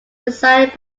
designed